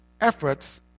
efforts